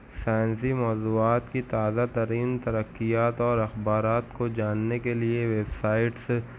سائنسی موضوعات کی تازہ ترین ترقیات اور اخبارات کو جاننے کے لیے ویبسائٹس